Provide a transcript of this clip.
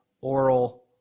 oral